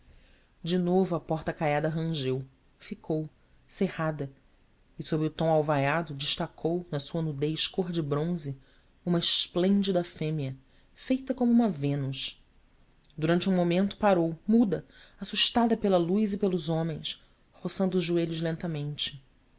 de novo a porta caiada rangeu ficou cerrada e sobre o tom alvaiado destacou na sua nudez cor de bronze uma esplêndida fêmea feita como uma vênus durante um momento parou muda assustada pela luz e pelos homens roçando os joelhos lentamente